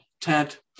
tent